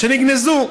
ונגנזו.